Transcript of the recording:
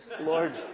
Lord